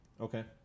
Okay